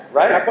right